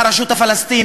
את הרשות הפלסטינית,